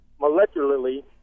molecularly